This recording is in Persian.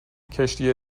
کشتی